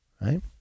Right